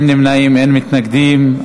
אין נמנעים ואין מתנגדים.